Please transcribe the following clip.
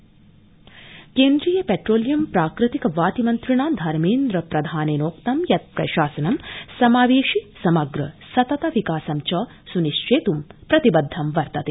प्रधान केन्द्रीय पेट्रोलियम प्राकृतिक वाति मन्त्रिणा धमेन्द्र प्रधानेनोक्तं यत् प्रशासनं समावेशि समग्र सतत विकासं च स्निश्चेत् प्रतिबद्धं वर्तते